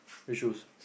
which shoes